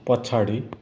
पछाडि